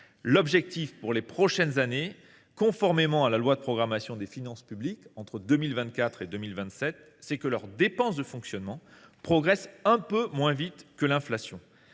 L’objectif pour les prochaines années, conformément à la loi de programmation des finances publiques (LPFP), entre 2024 et 2027, est que les dépenses de fonctionnement progressent un peu moins vite que l’inflation.